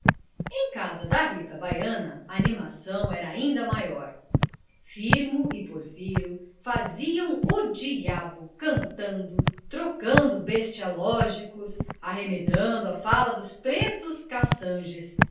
em casa de rita baiana a animação era inda maior firmo e porfiro faziam o diabo cantando tocando bestialógicos arremedando a fala dos pretos cassanges